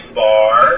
bar